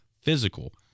physical